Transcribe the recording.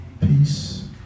Peace